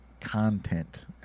content